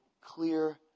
clear